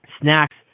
snacks